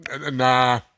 Nah